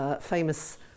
famous